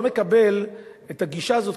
לא מקבל את הגישה הזאת,